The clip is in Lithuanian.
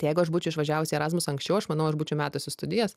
tai jeigu aš būčiau išvažiavusi į erazmusą anksčiau aš manau aš būčiau metusi studijas